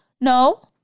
No